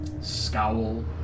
scowl